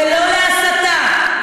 ולא להסתה,